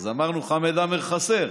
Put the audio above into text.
אז אמרנו: חמד עמאר חסר